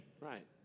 Right